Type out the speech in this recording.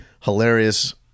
hilarious